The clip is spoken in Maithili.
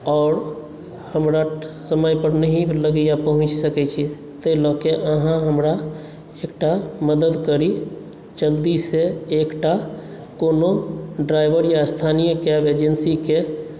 आओर हमरा समय पर नहि लगैये पहुँच सकै छी ताहि लऽ के आहाँ हमरा एकटा मदद करी जल्दी से एकटा कोनो ड्राइवर या स्थानीय कैब एजेंसी केँ